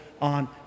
on